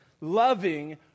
loving